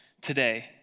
today